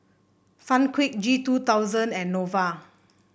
Sunquick G two Thousand and Nova